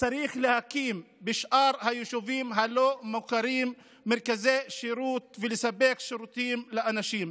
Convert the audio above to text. צריך להקים בשאר היישובים הלא-מוכרים מרכזי שירות ולספק שירותים לאנשים.